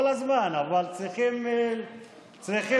כל הזמן, אבל צריכים הישגים.